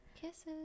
Kisses